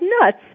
nuts